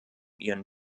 ihren